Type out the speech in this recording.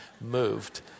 moved